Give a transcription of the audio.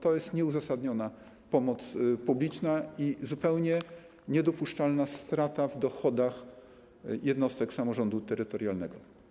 To jest nieuzasadniona pomoc publiczna i zupełnie niedopuszczalna strata w dochodach jednostek samorządu terytorialnego.